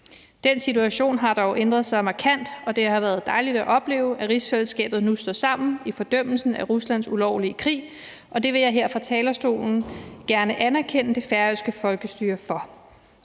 Den situation har dog ændret sig markant. Det har været dejligt at opleve, at rigsfællesskabet nu står sammen i fordømmelsen af Ruslands ulovlige krig, og det vil jeg her fra talerstolen gerne anerkende det færøske folkestyre for.